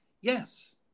Yes